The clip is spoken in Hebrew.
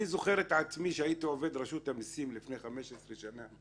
אני זוכר את עצמי שהייתי עובד רשות המיסים לפני 15 שנה,